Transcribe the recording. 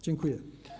Dziękuję.